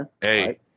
Hey